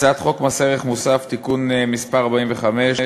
הצעת חוק מס ערך מוסף (תיקון מס' 45),